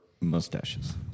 mustaches